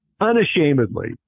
unashamedly